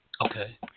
Okay